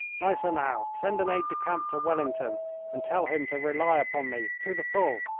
gneisenau, send an aide-de-camp to wellington and tell him to rely upon me to the full.